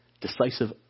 decisive